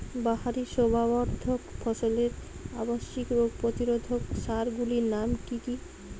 বাহারী শোভাবর্ধক ফসলের আবশ্যিক রোগ প্রতিরোধক সার গুলির নাম কি কি?